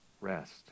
rest